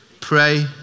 pray